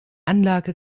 anlage